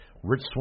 Rich